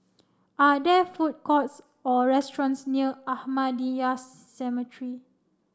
are there food courts or restaurants near Ahmadiyya Cemetery